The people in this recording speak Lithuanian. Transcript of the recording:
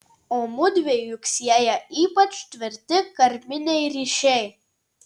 o mudvi juk sieja ypač tvirti karminiai ryšiai